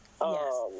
Yes